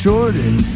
Jordan